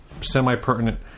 semi-pertinent